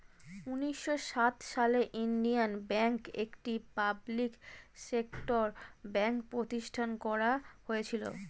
উন্নিশো সাত সালে ইন্ডিয়ান ব্যাঙ্ক, একটি পাবলিক সেক্টর ব্যাঙ্ক প্রতিষ্ঠান করা হয়েছিল